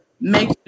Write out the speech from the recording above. make